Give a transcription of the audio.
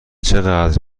چقدر